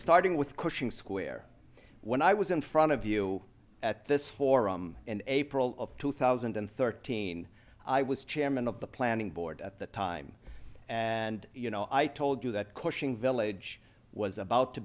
starting with cushing square when i was in front of you at this for april of two thousand and thirteen i was chairman of the planning board at the time and you know i told you that question village was about to